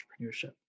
entrepreneurship